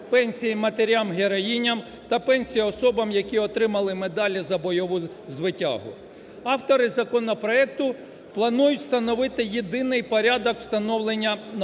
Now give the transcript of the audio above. пенсії матерям-героїням та пенсії особам, які отримали медалі за бойову звитягу. Автори законопроекту планують встановити єдиний порядок встановлення надбавок